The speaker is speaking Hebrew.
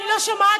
אני לא שומעת.